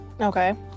okay